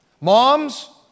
Moms